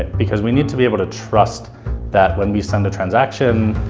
because we need to be able to trust that when we send a transaction,